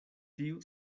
tiu